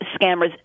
scammers